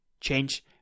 change